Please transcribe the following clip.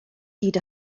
hyd